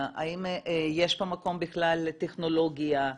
האם יש מקום לטכנולוגיה,